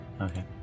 Okay